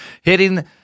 hitting